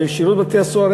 ששירות בתי-הסוהר,